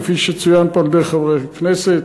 כפי שצוין פה על-ידי חברי הכנסת.